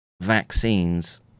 vaccines